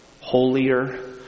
holier